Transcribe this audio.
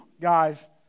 guys